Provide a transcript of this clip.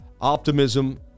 Optimism